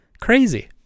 Crazy